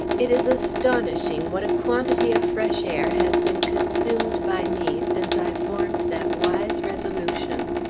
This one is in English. it is astonishing what a quantity of fresh air has been consumed by me since i formed that wise resolution.